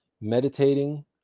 meditating